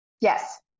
Yes